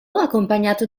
accompagnato